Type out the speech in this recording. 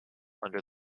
under